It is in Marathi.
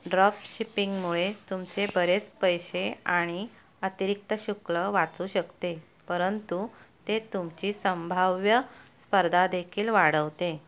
ड्रॉपशिपिंगमुळे तुमचे बरेच पैसे आणि अतिरिक्त शुल्क वाचू शकते परंतु ते तुमची संभाव्य स्पर्धा देखील वाढवते